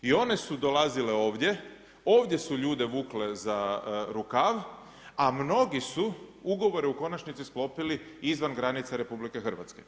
I one su dolazile ovdje, ovdje su ljude vukle za rukav a mnogi su ugovore u konačnici sklopili izvan granica RH.